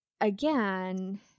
Again